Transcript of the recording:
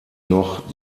noch